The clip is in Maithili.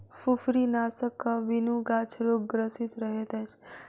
फुफरीनाशकक बिनु गाछ रोगग्रसित रहैत अछि